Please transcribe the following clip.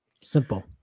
Simple